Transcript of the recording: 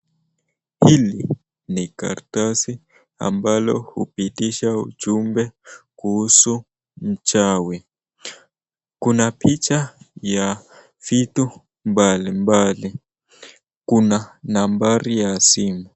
Hili ni karatasi ambalo hupitisha ujumbe kuhusu mchawi, kuna picha ya vitu mbalimbali, kuna nambari ya simu.